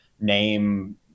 name